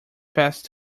past